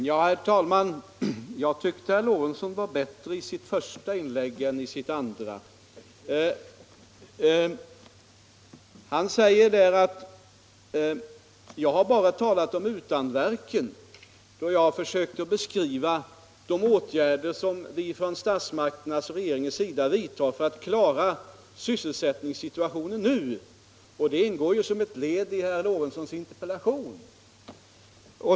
Herr talman! Jag tyckte att herr Lorentzon var bättre i sitt första inlägg än i sitt andra. Han säger att jag bara har talat om utanverken, då jag har försökt beskriva de åtgärder som statsmakterna och regeringen vidtar för att klara sysselsättningssituationen nu — och den frågan ingår som ett led i herr Lorentzons interpellation.